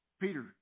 Peter